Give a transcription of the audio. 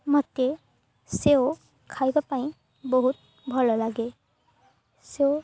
ମତେ ସେଓ ଖାଇବା ପାଇଁ ବହୁତ ଭଲ ଲାଗେ ସେଓ